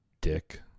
Dick